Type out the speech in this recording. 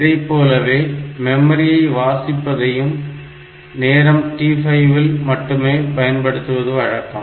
இதைப்போலவே மெமரியை வாசிப்பதையும் நேரம் t5 வில் மட்டுமே பயன்படுத்துவது வழக்கம்